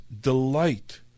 delight